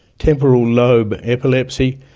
temporal lobe epilepsy,